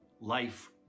Life